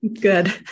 Good